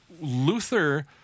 Luther